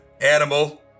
Animal